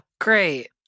Great